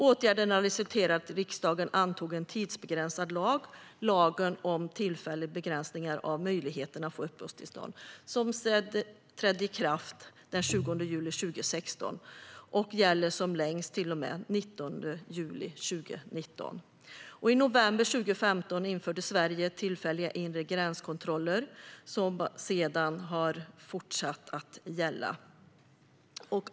Åtgärderna resulterade i att riksdagen antog en tidsbegränsad lag, lagen om tillfälliga begränsningar av möjligheten att få uppehållstillstånd, som trädde i kraft den 20 juli 2016 och gäller som längst till och med den 19 juli 2019. I november 2015 införde Sverige tillfälliga inre gränskontroller som sedan har fortsatt att gälla.